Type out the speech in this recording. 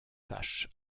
tâches